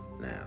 now